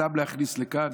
אותם להכניס לכאן?